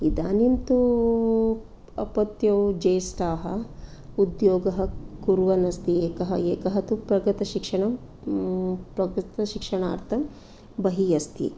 इदानीं तु अपत्यौ ज्येष्ठाः उद्योगः कुर्वन् अस्ति एकः एकः तु प्रगतशिक्षणं प्रगतशिक्षणार्थं बहिः अस्ति